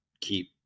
keep